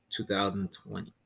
2020